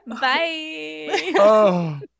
Bye